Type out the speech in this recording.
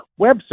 website